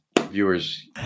viewers